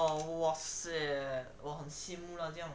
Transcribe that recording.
oh !wahseh! 我很羡慕 lah 这样